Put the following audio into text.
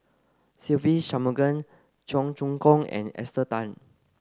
Se Ve Shanmugam Cheong Choong Kong and Esther Tan